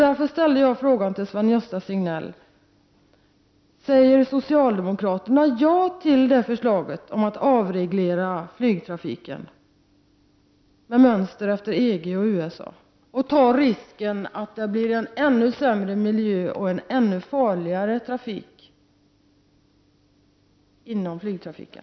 Därför ställer jag följande fråga till Sven-Gösta Signell: Säger socialdemokraterna ja till förslaget om att flygtrafiken skall avregleras enligt mönster inom EG och i USA, och tar socialdemokraterna därmed risken att det blir en ännu sämre miljö och en ännu farligare trafik inom flyget?